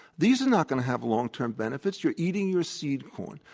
these are not going to have long-term benefits. you're eating your seed corn.